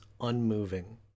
unmoving